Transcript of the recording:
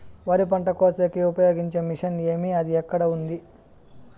వరి పంట కోసేకి ఉపయోగించే మిషన్ ఏమి అది ఎక్కడ ఉంది?